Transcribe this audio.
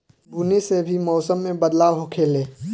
बुनी से भी मौसम मे बदलाव होखेले